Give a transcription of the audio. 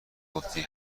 گفتی